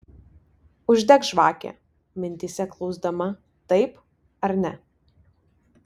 uždek žvakę mintyse klausdama taip ar ne